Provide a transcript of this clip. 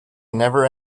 never